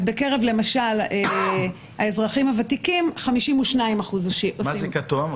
בקרב למשל האזרחים הוותיקים 52%. מה זה הכתום?